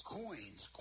coins